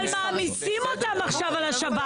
אבל מעמיסים אותם עכשיו על השב"ן.